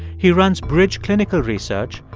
he runs bridge clinical research,